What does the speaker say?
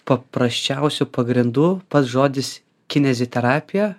paprasčiausių pagrindų pats žodis kineziterapija